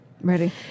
ready